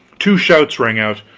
two shouts rang out,